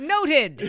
Noted